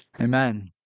Amen